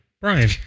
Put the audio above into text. Brian